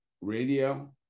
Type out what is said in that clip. radio